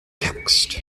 text